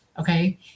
Okay